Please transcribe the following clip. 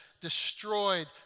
destroyed